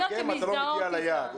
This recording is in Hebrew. אתה לא מגיע ליעד,